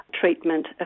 treatment